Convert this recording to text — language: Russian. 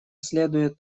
следует